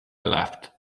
left